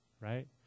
right